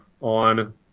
on